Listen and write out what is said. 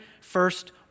first